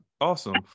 awesome